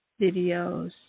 videos